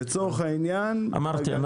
לצורך העניין --- אמרתי,